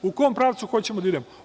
U kom pravcu hoćemo da idemo?